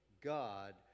God